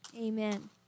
Amen